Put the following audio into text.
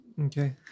Okay